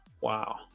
wow